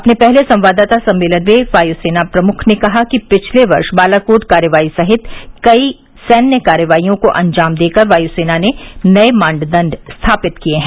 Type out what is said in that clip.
अपने पहले संवाददाता सम्मेलन में वायुसेना प्रमुख ने कहा कि पिछले वर्ष बालाकोट कार्रवाई सहित कई सैन्य कार्रवाईयों को अंजाम देकर वायुसेना ने नए मानदण्ड स्थापित किए हैं